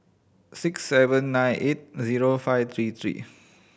six seven nine eight zero five three three